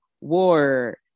war